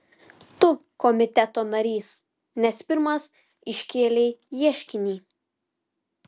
tu komiteto narys nes pirmas iškėlei ieškinį